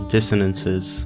Dissonances